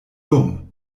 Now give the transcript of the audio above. dumm